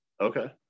Okay